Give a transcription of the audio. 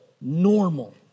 normal